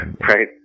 Right